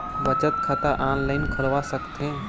बचत खाता ऑनलाइन खोलवा सकथें?